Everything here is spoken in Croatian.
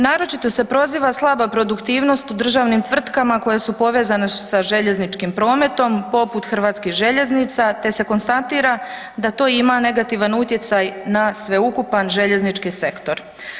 Naročito se proziva slaba produktivnost u državnim tvrtkama koje su povezane sa željezničkim prometom, poput HŽ te se konstatira da to ima negativan utjecaj na sveukupan željeznički sektor.